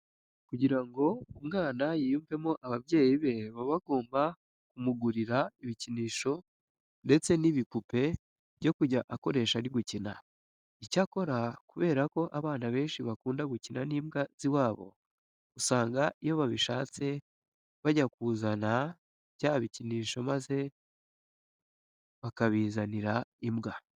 Kugira ngo umwana yiyumvemo ababyeyi be baba bagomba kumugurira ibikinisho ndetse n'ibipupe byo kujya akoresha ari gukina. Icyakora kubera ko abana benshi bakunda gukina n'imbwa z'iwabo, usanga iyo babishatse bajya kuzana bya bikinisho maze bakabizanira imbwa.